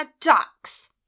ducks